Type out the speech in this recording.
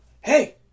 Hey